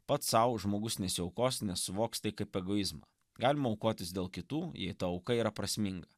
pats sau žmogus nesiaukos nes suvoks kaip egoizmą galima aukotis dėl kitų jei ta auka yra prasminga